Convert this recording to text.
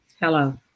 Hello